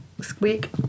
squeak